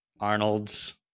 Arnold's